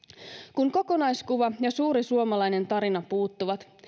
kun kokonaiskuva ja suuri suomalainen tarina puuttuvat